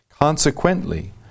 Consequently